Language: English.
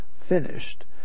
finished